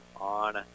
on